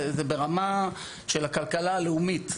זה ברמת הכלכלה הלאומית.